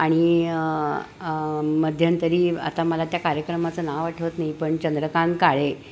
आणि मध्यंतरी आता मला त्या कार्यक्रमाचं नाव आठवत नाही पण चंद्रकांत काळे